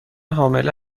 حامله